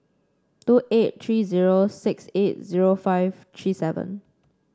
two eight three zero six eight zero five three seven